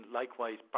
likewise